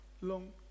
long